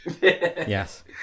Yes